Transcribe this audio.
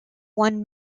one